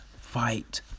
fight